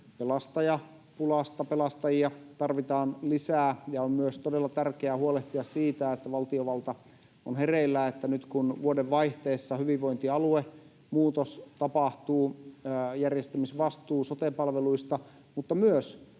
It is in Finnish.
pelastapulasta. Pelastajia tarvitaan lisää, ja on myös todella tärkeää huolehtia siitä, että valtiovalta on hereillä. Nyt kun vuodenvaihteessa hyvinvointialuemuutos tapahtuu — järjestämisvastuu sote-palveluista mutta myös